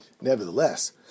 nevertheless